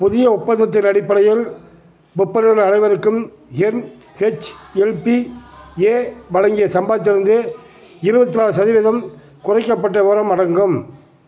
புதிய ஒப்பந்தத்தின் அடிப்படையில் பிப்ரவரியில் அனைவருக்கும் என்ஹெச்எல்பிஏ வழங்கிய சம்பளத்திலிருந்து இருபத்து நாலு சதவீதம் குறைக்கப்பட்ட விவரம் அடங்கும்